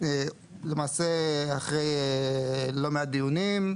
למעשה אחרי לא מעט דיונים,